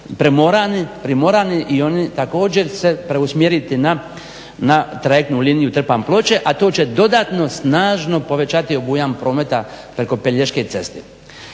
primorani i oni također se preusmjeriti na trajektnu liniju Trpanj-Ploče a to će dodatno snažno povećati obujam prometa preko Pelješke ceste.